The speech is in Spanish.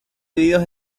divididos